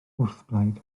wrthblaid